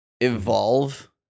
evolve